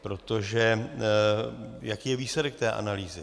Protože jaký je výsledek té analýzy?